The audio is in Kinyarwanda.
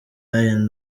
and